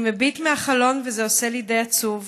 "אני מביט מהחלון / וזה עושה לי די עצוב,